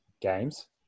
games